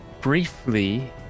briefly